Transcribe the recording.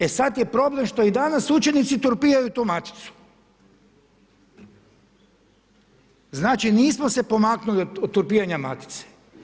E sad je problem što i danas učenici turpiraju tu maticu, znači nismo se pomaknuli od turpiranja matice.